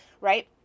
Right